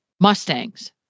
Mustangs